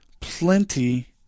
plenty